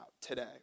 today